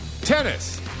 Tennis